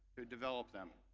to develop them.